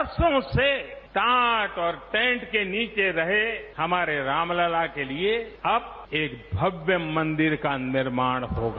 बरसों से टाट और टेंट के नीचे रहे हमारे राम लला के लिए अब एक भव्य मंदिर का निर्माण होगा